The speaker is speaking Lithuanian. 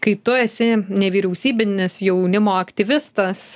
kai tu esi nevyriausybinis jaunimo aktyvistas